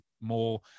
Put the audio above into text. more